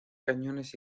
cañones